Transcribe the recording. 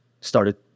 started